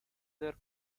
their